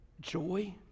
joy